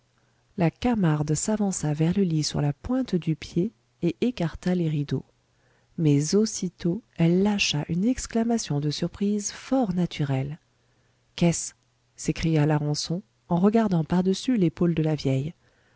la camarde s'avança vers le lit sur la pointe du pied et écarta les rideaux mais aussitôt elle lâcha une exclamation de surprise fort naturelle qu'est-ce s'écria larençon en regardant par-dessus l'épaule de la vieille